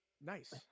Nice